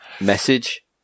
message